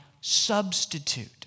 substitute